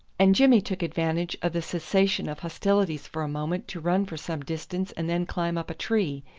and jimmy took advantage of the cessation of hostilities for a moment to run for some distance and then climb up a tree,